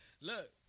look